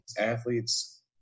athletes